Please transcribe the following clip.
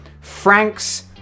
Frank's